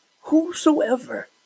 whosoever